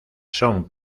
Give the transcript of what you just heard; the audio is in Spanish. son